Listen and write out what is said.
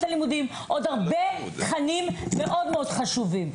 הלימודים עוד הרבה תכנים מאוד חשובים.